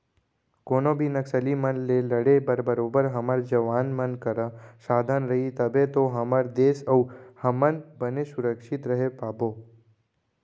कोनो भी नक्सली मन ले लड़े बर बरोबर हमर जवान मन करा साधन रही तभे तो हमर देस अउ हमन बने सुरक्छित रहें पाबो